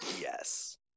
yes